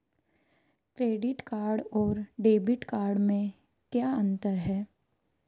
Credit card और debit card में क्या अंतर है?